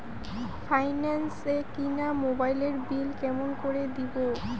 Finance এ কিনা মোবাইলের বিল কেমন করে দিবো?